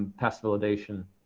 pass validation.